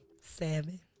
seven